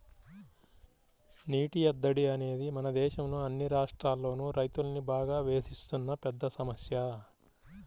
నీటి ఎద్దడి అనేది మన దేశంలో అన్ని రాష్ట్రాల్లోనూ రైతుల్ని బాగా వేధిస్తున్న పెద్ద సమస్య